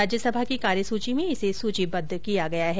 राज्यसभा की कार्यसुची में इसे सुचीबद्ध किया गया है